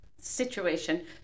situation